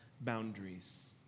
boundaries